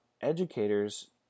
educators